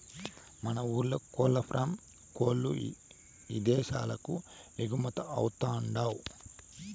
మన ఊర్ల కోల్లఫారం కోల్ల్లు ఇదేశాలకు ఎగుమతవతండాయ్